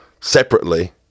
separately